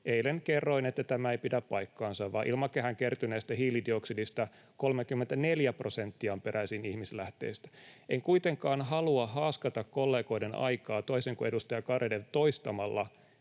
eilen kerroin, että tämä ei pidä paikkaansa, vaan ilmakehään kertyneestä hiilidioksidista 34 prosenttia on peräisin ihmislähteistä. En kuitenkaan halua haaskata kollegoiden aikaa toisin kuin edustaja Garedew toistamalla